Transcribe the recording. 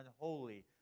unholy